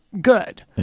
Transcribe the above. good